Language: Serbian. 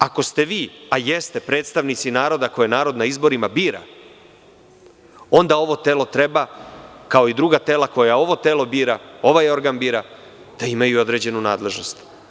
Ako ste vi, a jeste, predstavnici naroda koje narod na izborima bira, onda ovo telo treba, kao i druga tela koje ovo telo bira, ovaj organ bira, da imaju određenu nadležnost.